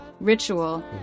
ritual